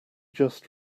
just